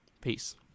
Peace